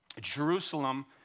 Jerusalem